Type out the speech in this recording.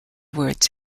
words